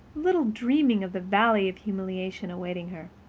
little dreaming of the valley of humiliation awaiting her.